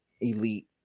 Elite